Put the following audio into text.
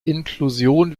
inklusion